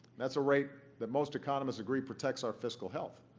that's a rate that most economists agree protects our fiscal help.